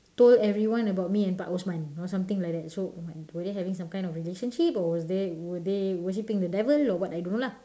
told everyone about me and pak Osman or something like that so were they having some kind of relationship or were they worshiping the devil or what I don't know lah